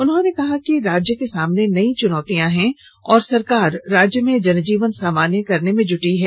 उन्होंने कहा कि राज्य के सामने नई चुनौतियां हैं और सरकार राज्य में जनजीवन सामान्य करने में जुटी हई है